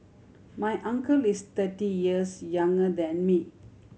my uncle is thirty years younger than me